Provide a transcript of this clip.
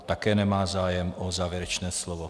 Také nemá zájem o závěrečné slovo.